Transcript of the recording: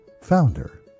Founder